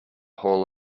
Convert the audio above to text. hall